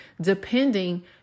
depending